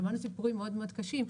שמענו סיפורים מאוד קשים,